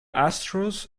astros